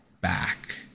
back